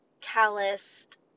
calloused